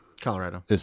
Colorado